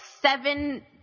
seven